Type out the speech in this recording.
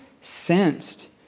sensed